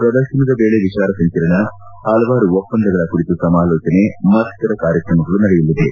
ಪ್ರದರ್ಶನದ ವೇಳೆ ವಿಚಾರ ಸಂಕಿರಣ ಹಲವಾರು ಒಪ್ಪಂದಗಳ ಕುರಿತು ಸಮಾಲೋಚನೆ ಮತ್ತಿತರ ಕಾರ್ಯಕ್ರಮಗಳು ನಡೆಯಲಿವೆ